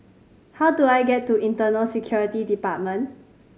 how do I get to Internal Security Department